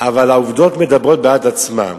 אבל העובדות מדברות בעד עצמן.